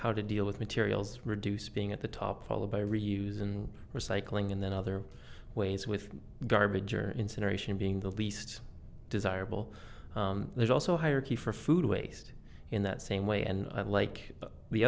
how to deal with materials reduce being at the top followed by reuse and recycling and then other ways with garbage or incineration being the least desirable there's also higher key for food waste in that same way and i like the